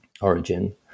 origin